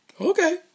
Okay